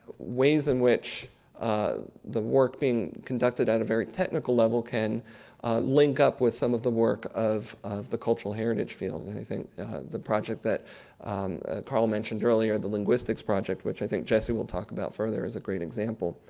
ways in which ah the work being conducted on a very technical level can link up with some of the work of the cultural heritage field. and i think the project that carl mentioned earlier, the linguistics project, which i think jesse will talk about further, is a great example.